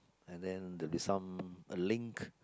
and then there will be some a link